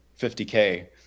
50K